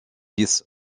fils